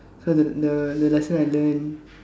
so the the the lesson I learnt